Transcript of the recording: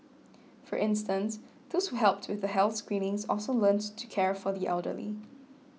for instance those who helped with the health screenings also learnt to care for the elderly